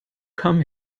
come